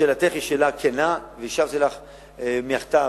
שאלתך היא שאלה כנה, והשבתי לך בכתב